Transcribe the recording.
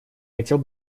хотел